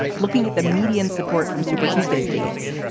looking at the median support from super tuesday states,